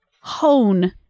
hone